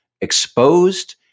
exposed